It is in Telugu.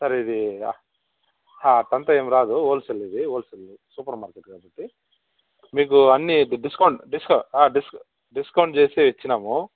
సార్ ఇది అట్టంతా ఏం రాదు హోల్ సేలు ఇది హోల్ సేలు సూపర్ మార్కెట్ కాబట్టి మీకు అన్నీ డిస్ డిస్ డిస్కౌంట్ చేసి ఇచ్చినాము